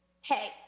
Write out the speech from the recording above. hey